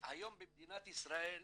היום במדינת ישראל,